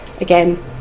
Again